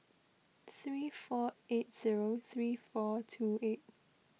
three four eight zero three four two eight